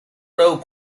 know